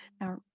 Now